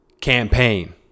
campaign